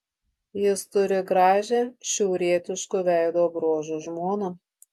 jis turi gražią šiaurietiškų veido bruožų žmoną